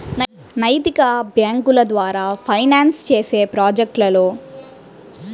నైతిక బ్యేంకుల ద్వారా ఫైనాన్స్ చేసే ప్రాజెక్ట్లలో సూత్రాలను సమర్థించాలను పంచుకుంటారు